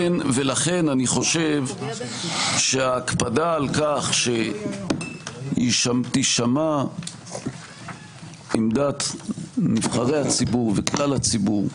אני חושב שההקפדה על כך שתישמע עמדת נבחרי הציבור וכלל הציבור,